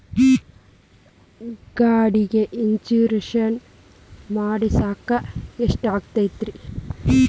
ಗಾಡಿಗೆ ಇನ್ಶೂರೆನ್ಸ್ ಮಾಡಸಾಕ ಎಷ್ಟಾಗತೈತ್ರಿ?